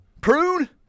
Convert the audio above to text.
Prune